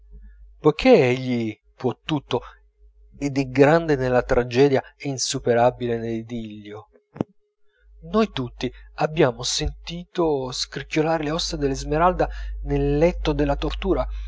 può tutto ed è grande nella tragedia e insuperabile nell'idillio noi tutti abbiamo sentito scricchiolare le ossa d'esmeralda nel letto della tortura